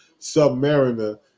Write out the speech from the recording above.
submariner